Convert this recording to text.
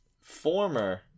former